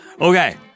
Okay